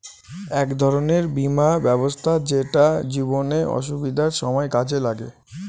এক ধরনের বীমা ব্যবস্থা যেটা জীবনে অসুবিধার সময় কাজে লাগে